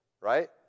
right